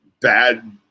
bad